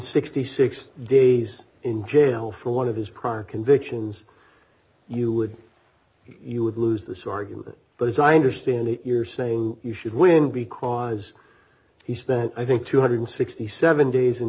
sixty six days in jail for one of his prior convictions you would you would lose this argument but as i understand it you're saying you should win because he spent i think two hundred and sixty seven days in